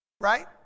Right